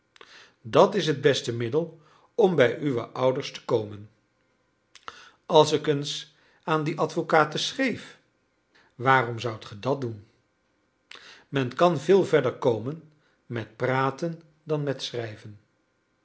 dat is het beste middel om bij uwe ouders te komen als ik eens aan die advocaten schreef waarom zoudt ge dat doen men kan veel verder komen met praten dan met schrijven